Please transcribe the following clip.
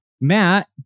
Matt